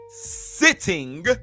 sitting